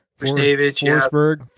Forsberg